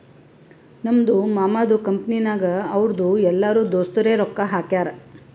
ನಮ್ದು ಮಾಮದು ಕಂಪನಿನಾಗ್ ಅವ್ರದು ಎಲ್ಲರೂ ದೋಸ್ತರೆ ರೊಕ್ಕಾ ಹಾಕ್ಯಾರ್